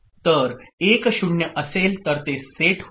तर 1 0 असेल तर ते सेट होईल